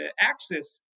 access